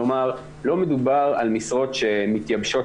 כלומר לא מדובר על משרות שמתייבשות